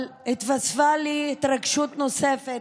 אבל התווספה לי התרגשות נוספת,